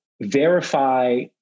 verify